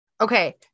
Okay